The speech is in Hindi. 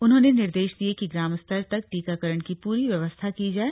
उन्होंने निर्देश दिये कि ग्राम स्तर तक टीकाकरण की पूरी व्यवस्था की जाए